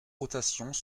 rotations